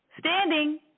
Standing